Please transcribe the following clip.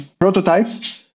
prototypes